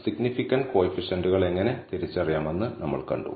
significant കോയിഫിഷ്യന്റ്കൾ എങ്ങനെ തിരിച്ചറിയാമെന്ന് നമ്മൾ കണ്ടു